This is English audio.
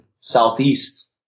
southeast